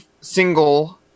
single